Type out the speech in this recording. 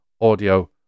audio